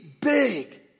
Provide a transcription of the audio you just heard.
big